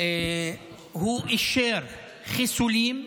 אישר חיסולים,